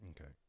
Okay